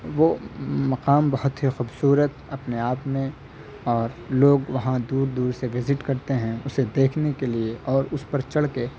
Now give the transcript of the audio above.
وہ مقام بہت ہی خوبصورت اپنے آپ میں اور لوگ وہاں دور دور سے وزٹ کرتے ہیں اسے دیکھنے کے لیے اور اس پر چڑھ کے